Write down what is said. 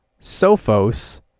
Sophos